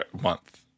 month